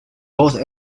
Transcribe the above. both